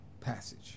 passage